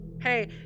Hey